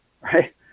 Right